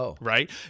right